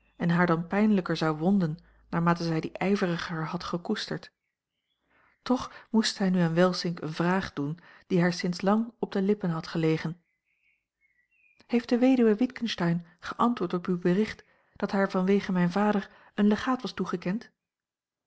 en haar dan pijnlijker zou wonden naarmate zij die ijveriger had gekoesterd toch moest zij nu aan welsink eene vraag doen die haar sinds lang op de lippen had gelegen heeft de weduwe witgensteyn geantwoord op uw bericht dat haar vanwege mijn vader een legaat was toegekend